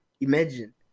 imagine